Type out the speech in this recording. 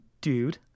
dude